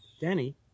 Denny